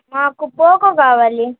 నాకు పోకో కావాలి